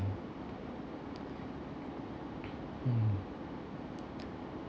mm